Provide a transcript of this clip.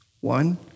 One